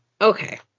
Okay